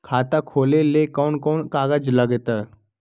खाता खोले ले कौन कौन कागज लगतै?